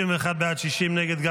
51 בעד, 60 נגד.